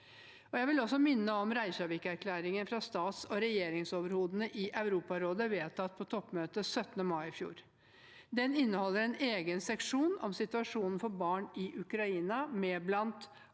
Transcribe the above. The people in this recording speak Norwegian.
Jeg vil også minne om Reykjavik-erklæringen fra stats- og regjeringsoverhodene i Europarådet, vedtatt på toppmøtet 17. mai i fjor. Den inneholder en egen seksjon om situasjonen for barn i Ukraina, med bl.a.